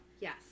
Yes